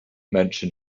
mention